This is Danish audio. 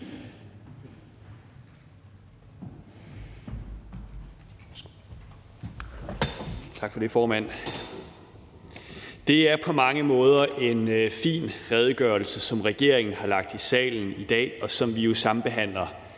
Tak for det, formand. Det er på mange måder en fin redegørelse, som regeringen har lagt i salen i dag, og som vi jo sambehandler